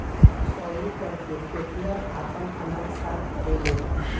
ओसौनी करके खेतिहर आपन अनाज साफ करेलेन